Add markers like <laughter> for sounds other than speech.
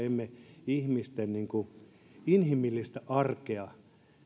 <unintelligible> emme ihmisten inhimillistä arkea